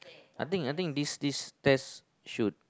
I think I think this this test should